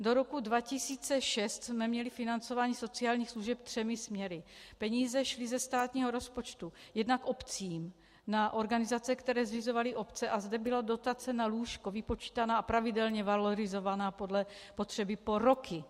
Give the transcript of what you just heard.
Do roku 2006 jsme měli financování sociálních služeb třemi směry: Peníze šly ze státního rozpočtu jednak obcím na organizace, které zřizovaly obce, a zde byla dotace na lůžko vypočítaná a pravidelně valorizovaná podle potřeby po roky.